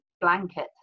blanket